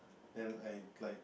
and I like